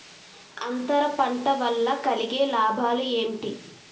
అంతర పంట వల్ల కలిగే లాభాలు ఏంటి